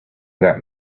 that